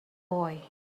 boy